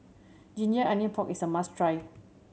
ginger onions pork is a must try